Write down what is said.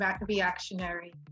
reactionary